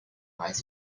weiß